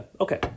Okay